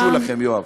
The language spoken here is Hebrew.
תתביישו לכם, יואב.